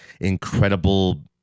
incredible